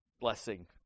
blessing